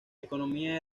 economía